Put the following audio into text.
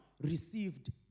received